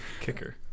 Kicker